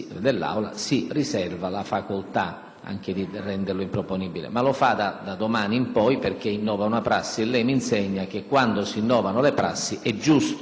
facoltà di renderlo improponibile; lo farà però da domani in poi, perché innova una prassi e lei mi insegna che quando si innovano le prassi è giusto darsi un momento di verifica,